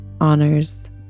honors